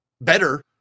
better